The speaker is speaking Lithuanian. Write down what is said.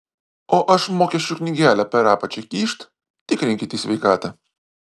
o aš mokesčių knygelę per apačią kyšt tikrinkit į sveikatą